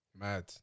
Mad